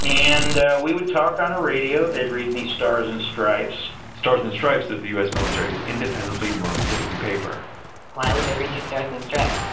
and we would talk on a radio. they'd read me stars and stripes stars and stripes is the u s. military's independently run daily paper why would they read you stars and stripes?